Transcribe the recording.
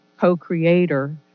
co-creator